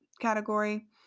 category